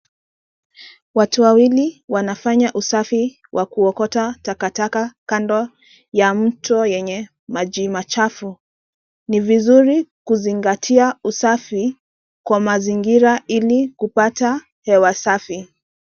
Watu wawili wanafanya usafi wa kuokota takataka kando ya mto yenye maji machafu. Ni vizuri kuzingatia usafi kwa mazingira ilikupata hewa safi.